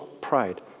pride